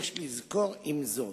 יש לזכור עם זאת,